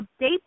update